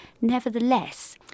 nevertheless